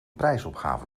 prijsopgave